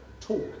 talk